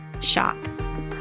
shop